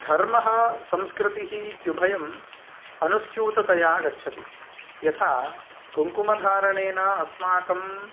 धर्मः संस्कृतिः इत्युभयं अनुस्यूततया गच्छति यथा कुङ्कुमधारणेन अस्माकं